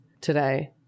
today